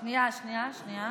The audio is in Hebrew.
שנייה, שנייה,